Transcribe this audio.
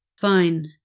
fine